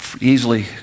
easily